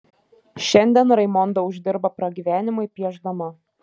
šiandien raimonda uždirba pragyvenimui piešdama